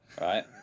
Right